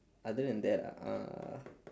other than that uh